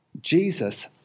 Jesus